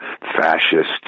fascist